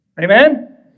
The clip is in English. Amen